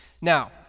Now